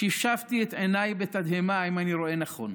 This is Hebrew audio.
שפשפתי את עיניי בתדהמה, האם אני רואה נכון.